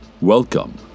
Welcome